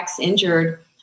injured